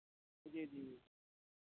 जी जी